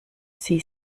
sie